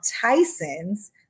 Tyson's